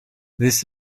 this